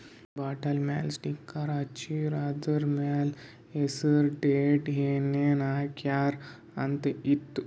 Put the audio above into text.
ಒಂದ್ ಬಾಟಲ್ ಮ್ಯಾಲ ಸ್ಟಿಕ್ಕರ್ ಹಚ್ಚಿರು, ಅದುರ್ ಮ್ಯಾಲ ಹೆಸರ್, ಡೇಟ್, ಏನೇನ್ ಹಾಕ್ಯಾರ ಅಂತ್ ಇತ್ತು